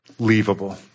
leavable